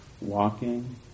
walking